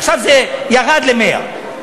עכשיו זה ירד ל-100.